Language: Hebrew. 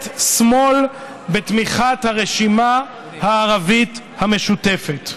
שמאל בתמיכת הרשימה הערבית המשותפת.